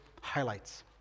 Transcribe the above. highlights